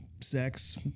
sex